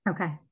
okay